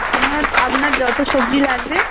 আপনার আপনার যতো সবজি লাগবে